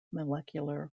molecular